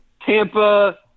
Tampa